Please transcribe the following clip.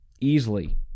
easily